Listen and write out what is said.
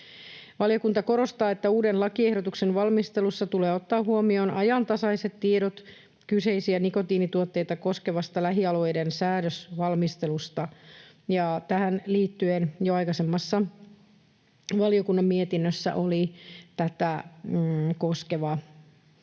Valiokunta korostaa, että uuden lakiehdotuksen valmistelussa tulee ottaa huomioon ajantasaiset tiedot kyseisiä nikotiinituotteita koskevasta lähialueiden säädösvalmistelusta. Tähän liittyen jo aikaisemmassa valiokunnan mietinnössä oli tätä koskeva